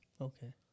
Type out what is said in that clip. Okay